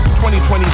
2020